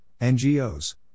NGOs